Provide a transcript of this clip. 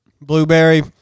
Blueberry